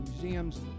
museums